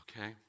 okay